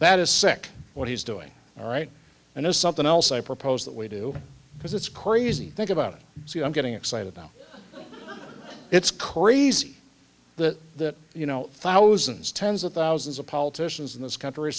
that is sick what he's doing all right and it's something else i propose that we do because it's crazy think about it i'm getting excited now it's crazy that that you know thousands tens of thousands of politicians in this country